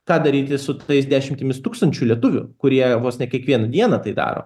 ką daryti su tais dešimtimis tūkstančių lietuvių kurie vos ne kiekvieną dieną tai daro